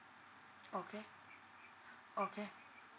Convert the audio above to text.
okay okay